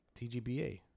TGBA